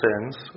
sins